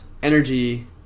energy